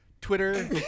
Twitter